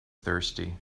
thirsty